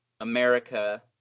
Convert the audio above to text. america